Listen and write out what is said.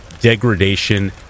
degradation